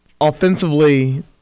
offensively